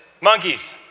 monkeys